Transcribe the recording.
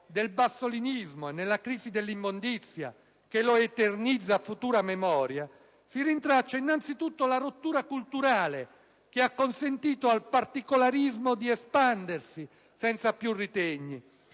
nella crisi della immondizia che lo eternizza a futura memoria, si rintraccia innanzitutto la rottura culturale che ha consentito al particolarismo di espandersi senza più ritegni.